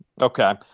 Okay